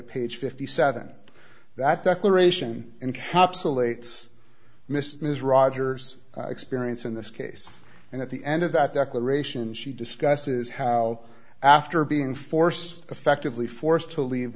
at page fifty seven that declaration encapsulates mrs ms rogers experience in this case and at the end of that declaration she discusses how after being force effectively forced to leave